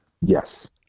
Yes